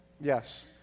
Yes